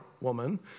woman